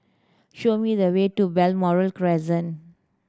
show me the way to Balmoral Crescent